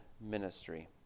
ministry